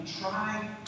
try